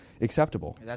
acceptable